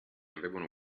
avevano